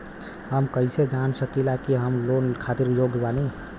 हम कईसे जान सकिला कि हम लोन खातिर योग्य बानी?